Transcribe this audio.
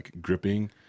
gripping